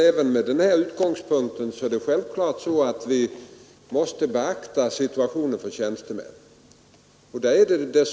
Även med denna utgångspunkt är det dock självklart att vi måste särskilt beakta situationen för tjänstemän.